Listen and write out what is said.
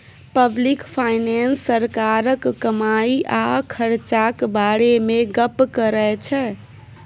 public finance सरकारक कमाई आ खरचाक बारे मे गप्प करै छै